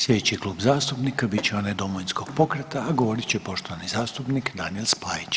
Sljedeći Klub zastupnika bit će onaj Domovinskog pokreta, a govorit će poštovani zastupnik Daniel Spajić.